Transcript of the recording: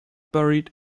buried